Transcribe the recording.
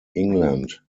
england